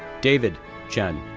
david chen,